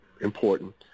important